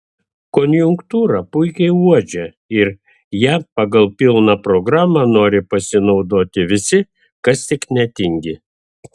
konjunktūrą puikiai uodžia ir ja pagal pilną programą nori pasinaudoti visi kas tik netingi